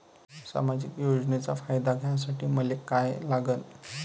सामाजिक योजनेचा फायदा घ्यासाठी मले काय लागन?